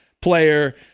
player